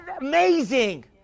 amazing